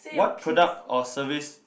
what product or service